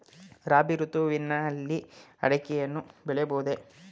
ರಾಬಿ ಋತುವಿನಲ್ಲಿ ಅಡಿಕೆಯನ್ನು ಬೆಳೆಯಬಹುದೇ?